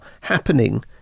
happening